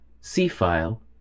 C-File